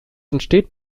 entsteht